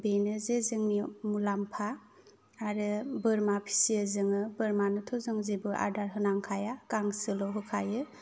बेनोजे जोंनि मुलाम्फा आरो बोरमा फिसियो जोङो बोरमानोथ' जों जेबो आदार होनांखाया गांसोल' होखायो